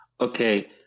Okay